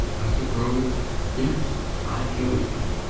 i suppose yes i killed him.